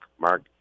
mark